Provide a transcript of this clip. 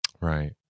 Right